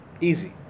Easy